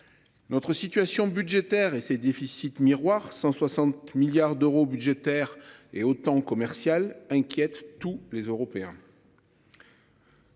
Notre situation budgétaire et ses déficits miroir 160 milliards d'euros budgétaire et autant commercial inquiète tous les Européens.